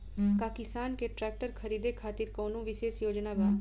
का किसान के ट्रैक्टर खरीदें खातिर कउनों विशेष योजना बा?